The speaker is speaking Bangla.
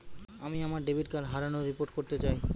আমি আমার ডেবিট কার্ড হারানোর রিপোর্ট করতে চাই